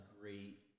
great